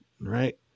right